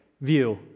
view